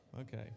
Okay